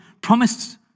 promised